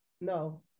No